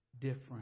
different